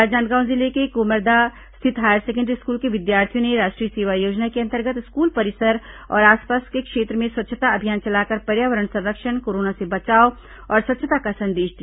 राजनांदगांव जिले के कुमर्दा स्थित हायर सेकेंडरी स्कूल के विद्यार्थियों ने राष्ट्रीय सेवा योजना के अंतर्गत स्कूल परिसर और आसपास के क्षेत्र में स्वच्छता अभियान चलाकर पर्यावरण संरक्षण कोरोना से बचाव और स्वच्छता का संदेश दिया